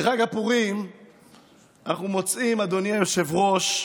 בחג הפורים אנחנו מוצאים, אדוני היושב-ראש,